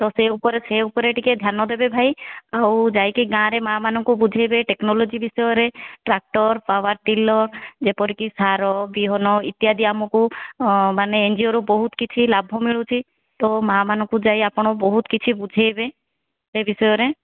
ତ ସେ ଉପରେ ସେ ଉପରେ ଟିକେ ଧ୍ୟାନ ଦେବେ ଭାଇ ଆଉ ଯାଇକି ଗାଁରେ ମାଆ ମାନଙ୍କୁ ବୁଝାଇବେ ଟେକ୍ନୋଲୋଜି ବିଷୟରେ ଟ୍ରାକ୍ଟର ପାୱାର୍ ଟିଲର୍ ଯେପରିକି ସାର ବିହନ ଇତ୍ୟାଦି ଆମୁକୁ ମାନେ ଏନ୍ଜିଓରୁ ବହୁତ୍ କିଛି ଲାଭ ବି ମିଳୁଛି ତ ମାଆମାନଙ୍କୁ ଆପଣ ଯାଇ ବହୁତ କିଛି ବୁଝାଇବେ ଏ ବିଷୟରେ